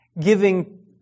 giving